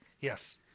Yes